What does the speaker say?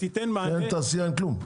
שאין תעשייה ואין כלום.